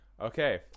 okay